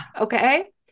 Okay